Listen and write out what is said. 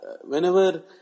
whenever